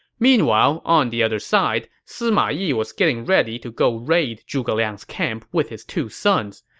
meanwhile, on the other side, sima yi was getting ready to go raid zhuge liang's camp with his two sons.